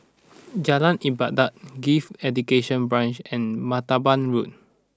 Jalan Ibadat Gifted Education Branch and Martaban Road